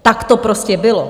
Takto prostě bylo.